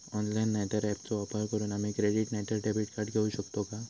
Online नाय तर ऍपचो वापर करून आम्ही क्रेडिट नाय तर डेबिट कार्ड घेऊ शकतो का?